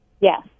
Yes